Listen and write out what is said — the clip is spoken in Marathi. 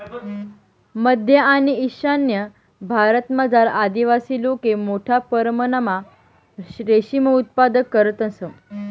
मध्य आणि ईशान्य भारतमझार आदिवासी लोके मोठा परमणमा रेशीम उत्पादन करतंस